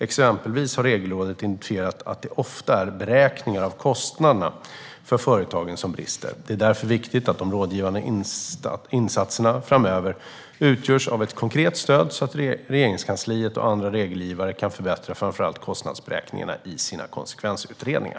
Exempelvis har Regelrådet identifierat att det ofta är beräkningar av kostnaderna för företagen som brister. Det är därför viktigt att de rådgivande insatserna framöver utgörs av ett konkret stöd så att Regeringskansliet och andra regelgivare kan förbättra framför allt kostnadsberäkningarna i sina konsekvensutredningar.